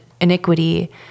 iniquity